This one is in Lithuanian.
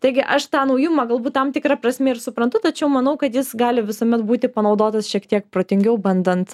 taigi aš tą naujumą galbūt tam tikra prasme ir suprantu tačiau manau kad jis gali visuomet būti panaudotas šiek tiek protingiau bandant